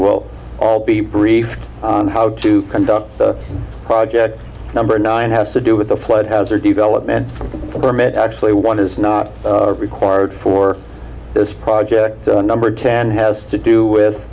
will all be briefed on how to conduct the project number nine has to do with the flood hazard development term it actually one is not required for this project number ten has to do with